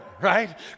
right